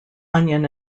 onion